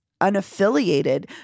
unaffiliated